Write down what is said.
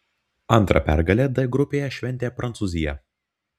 antrą pergalę d grupėje šventė prancūzija